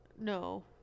No